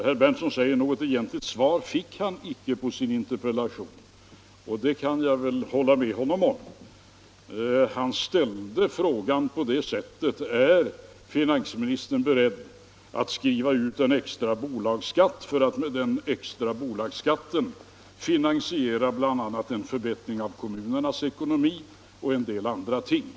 Herr Berndtson säger att något egentligt svar på interpellationen fick han inte, och det kan jag hålla med honom om. Frågan i interpellationen var ställd på följande sätt: Är finansministern beredd att skriva ut en extra bolagsskatt för att med den extra bolagsskatten finansiera en förbättring av kommunernas ekonomi och en del andra ting?